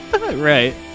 right